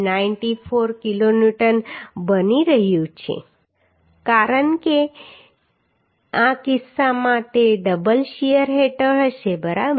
294 kilonewton બની રહ્યું છે કારણ કે આ કિસ્સામાં તે ડબલ શીયર હેઠળ હશે બરાબર